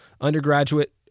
undergraduate